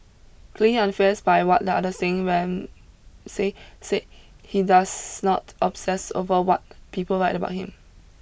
clearly unfazed by what the others think Ramsay said said he does not obsess over what people write about him